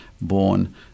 born